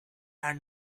are